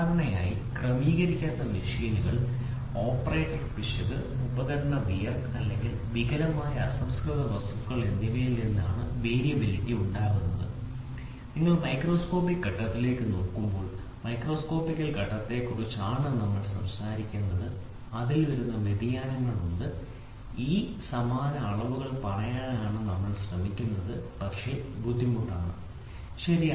സാധാരണയായി ക്രമീകരിക്കാത്ത മെഷീനുകൾ ഓപ്പറേറ്റർ പിശക് ഉപകരണ വിയർ അല്ലെങ്കിൽ വികലമായ അസംസ്കൃത വസ്തുക്കൾ എന്നിവയിൽ നിന്നാണ് വേരിയബിളിറ്റി ഉണ്ടാകുന്നത് നിങ്ങൾ മൈക്രോസ്കോപ്പിക്കൽ ഘട്ടത്തിലേക്ക് നോക്കുമ്പോൾ മാക്രോസ്കോപ്പിക്കൽ ഘട്ടത്തെക്കുറിച്ചാണ് നമ്മൾ സംസാരിക്കുന്നത് അതിൽ വരുന്ന വ്യതിയാനങ്ങൾ ഉണ്ട് ഈ സമാന അളവുകൾ പറയാൻ ശ്രമിക്കുന്നത് വളരെ ബുദ്ധിമുട്ടാണ് ശരി